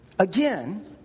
Again